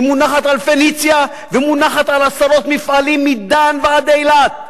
היא מונחת על "פניציה" ומונחת על עשרות מפעלים מדן ועד אילת,